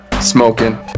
Smoking